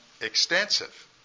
extensive